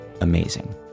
Amazing